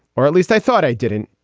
or at least i thought i didn't.